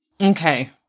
Okay